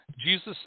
Jesus